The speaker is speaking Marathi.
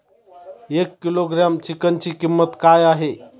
एक किलोग्रॅम चिकनची किंमत काय आहे?